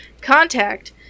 contact